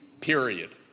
period